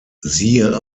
siehe